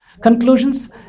Conclusions